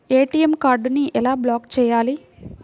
ATM కార్డుని ఎలా block చేయాలి?